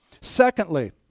Secondly